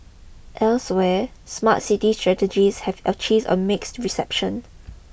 elsewhere smart city strategies have achieved a mixed reception